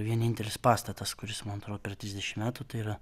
vienintelis pastatas kuris man atrodo per trisdešimt metų tai yra